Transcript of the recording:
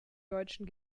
deutschen